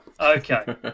Okay